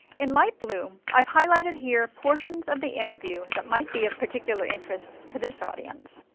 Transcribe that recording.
in light blue, ive highlighted here portions of the interview that might be of particular interest to this audience.